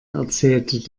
erzählte